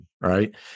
right